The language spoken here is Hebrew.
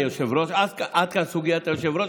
עד כאן סוגיית היושב-ראש.